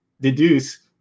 deduce